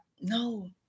No